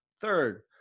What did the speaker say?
third